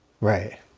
right